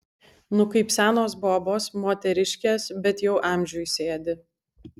nu kaip senos bobos moteriškės bet jau amžiui sėdi